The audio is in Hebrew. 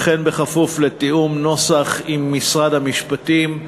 וכן בכפוף לתיאום נוסח עם משרד המשפטים.